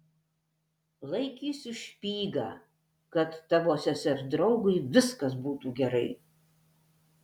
laikysiu špygą kad tavo sesers draugui viskas būtų gerai